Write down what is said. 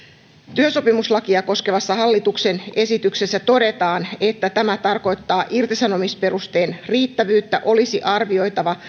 työsopimuslakia koskevassa hallituksen esityksessä todetaan että tämä tarkoittaa irtisanomisperusteen riittävyyttä olisi arvioitava